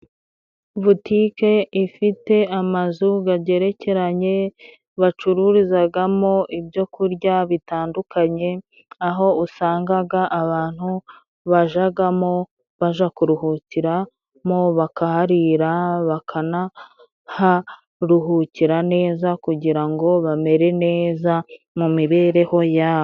Butike ifite amazu gagerekeranye bacururizagamo ibyo kurya bitandukanye, aho usangaga abantu bajagamo baja kuruhukiramo, bakaharira, bakanaharuhukira neza kugira ngo bamere neza mu mibereho yabo.